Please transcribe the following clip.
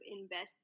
invest